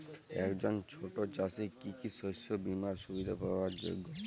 একজন ছোট চাষি কি কি শস্য বিমার সুবিধা পাওয়ার যোগ্য?